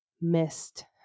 missed